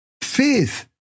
faith